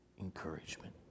encouragement